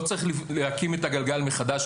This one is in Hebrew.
לא צריך להמציא את הגלגל מחדש,